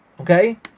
okay